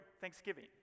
Thanksgiving